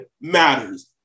matters